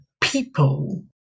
people